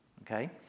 okay